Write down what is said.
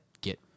get